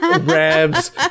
Rebs